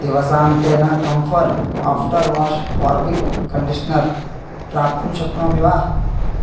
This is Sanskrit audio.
दिवसान्तेन comfort after wash fabric conditioner प्राप्तुं शक्नोमि वा